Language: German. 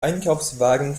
einkaufswagen